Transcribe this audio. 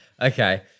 Okay